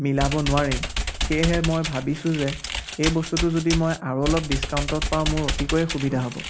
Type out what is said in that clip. মিলাব নোৱাৰিম সেয়েহে মই ভাবিছোঁ যে এই বস্তুটো যদি মই আৰু অলপ ডিছকাণ্টত পাওঁ মোৰ অতিকৈ সুবিধা হ'ব